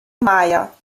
meier